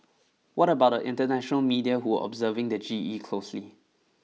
what about the international media who are observing the G E closely